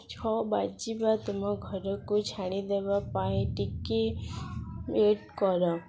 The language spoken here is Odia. ଛଅ ବାଜିବା ତୁମ ଘରକୁ ଛାଣିଦେବା ପାଇଁ ଟିକେ ୱେଟ୍ କର